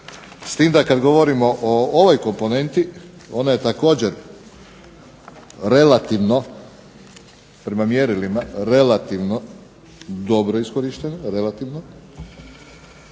S tim kada govorimo o ovoj komponenti onda je također relativno prema mjerilima, relativno dobro iskorištena, relativno.